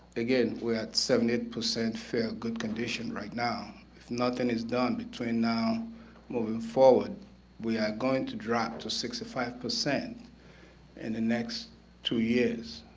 again we are at seventy eight percent fair good condition right now, if nothing is done between now moving forward we are going to drop to sixty five percent in the next two years.